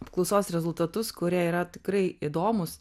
apklausos rezultatus kurie yra tikrai įdomūs